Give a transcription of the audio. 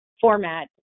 format